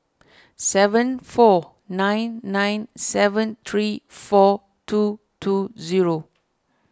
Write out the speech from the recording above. seven four nine nine seven three four two two zero